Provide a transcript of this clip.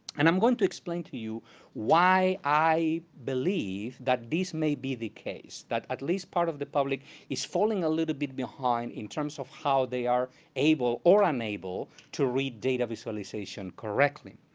and i'm going to explain to you why i believe that this may be the case, that at least part of the public is falling a little bit behind, in terms of how they are able, or unable, to read data visualization correctly.